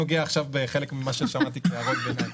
עכשיו אני נוגע בחלק ממה ששמעתי כהערות ביניים.